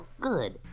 Good